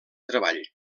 treball